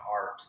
art